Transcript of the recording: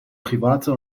private